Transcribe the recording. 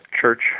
church